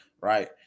right